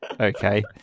Okay